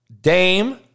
Dame